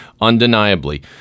undeniably